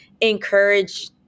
encourage